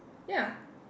ya